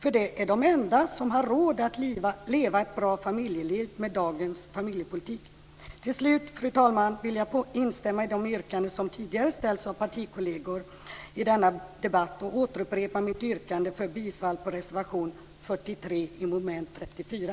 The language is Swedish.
De rika är ju de enda som har råd att leva ett bra familjeliv med dagens familjepolitik. Till slut, fru talman, vill jag instämma i de yrkanden som tidigare har gjorts av partikolleger i denna debatt. Jag återupprepar också mitt yrkande på bifall till reservation 43 under mom. 34.